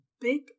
big